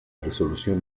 resolución